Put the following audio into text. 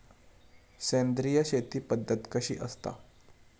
सेंद्रिय शेती पद्धत कशी असता?